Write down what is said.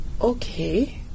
Okay